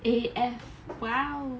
eh eh !wow!